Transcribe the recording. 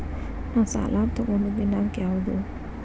ನಾ ಸಾಲ ತಗೊಂಡು ದಿನಾಂಕ ಯಾವುದು?